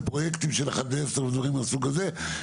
פרויקטים של 1:10 או דברים מהסוג הזה,